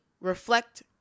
reflect